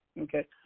Okay